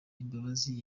imbabazi